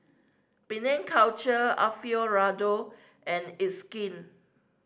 Penang Culture Alfio Raldo and It's Skin